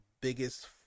biggest